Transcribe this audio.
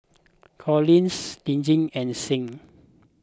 Collis Lizzie and Sing